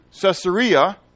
Caesarea